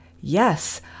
yes